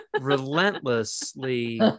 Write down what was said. relentlessly